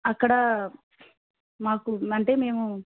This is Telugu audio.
అక్కడ మాకు అంటే మేము